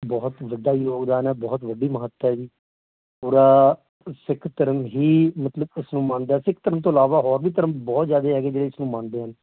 ਬਹੁਤ ਵੱਡਾ ਯੋਗਦਾਨ ਹੈ ਬਹੁਤ ਵੱਡੀ ਮਹੱਤਤਾ ਹੈ ਜੀ ਔਰ ਆਹ ਸਿੱਖ ਧਰਮ ਹੀ ਮਤਲਬ ਉਸ ਨੂੰ ਮੰਨਦਾ ਸਿੱਖ ਧਰਮ ਤੋਂ ਇਲਾਵਾ ਹੋਰ ਵੀ ਧਰਮ ਬਹੁਤ ਜ਼ਿਆਦਾ ਹੈਗੇ ਜਿਹੜੇ ਇਸਨੂੰ ਮੰਨਦੇ ਹਨ